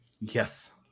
yes